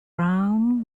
brown